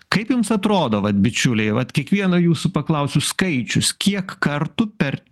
kaip jums atrodo vat bičiuliai vat kiekvieno jūsų paklausiu skaičius kiek kartų per